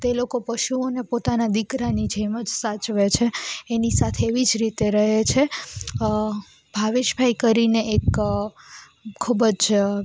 તે લોકો પશુઓને પોતાના દીકરાની જેમ જ સાચવે છે એની સાથે એવી જ રીતે રહે છે ભાવેશભાઈ કરીને એક ખૂબ જ